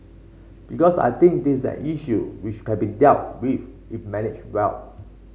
because I think this is an issue which can be dealt with if managed well